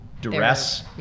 duress